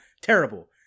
terrible